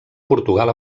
portugal